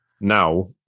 now